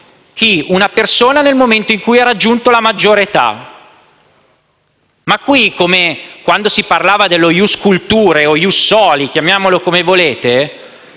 una persona nel momento in cui ha raggiunto la maggiore età mentre qui, come quando si parlava dello *ius* *culturae* o *ius* *soli*, chiamiamolo come volete,